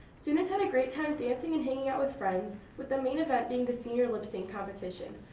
students had a great time dancing and hanging out with friends, with the main event being the senior lip sync competition.